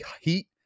heat